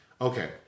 okay